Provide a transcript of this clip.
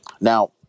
now